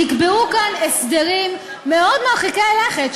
נקבעו כאן הסדרים מאוד מרחיקי לכת,